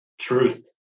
Truth